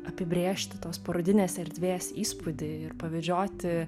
apibrėžti tos parodinės erdvės įspūdį ir pavedžioti